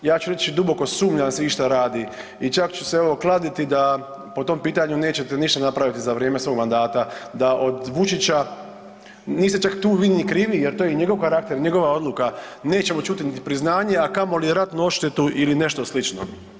Ja ću reći duboko sumnjam da se išta radi i čak ću se evo kladiti da po tom pitanju nećete ništa napraviti za vrijeme svog mandata da od Vučića, niste čak vi tu ni krivi jer to je i njegov karakter, njegova odluka, nećemo ćuti niti priznanje, a kamoli ratnu odštetu ili nešto slično.